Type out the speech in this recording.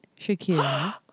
Shakira